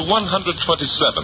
127